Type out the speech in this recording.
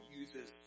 uses